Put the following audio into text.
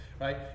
right